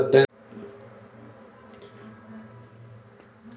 मध्यान्ह भोजन योजनेअंतर्गत मुलांमध्ये चांगली विचारसारणी आणि सवयी विकसित झाल्या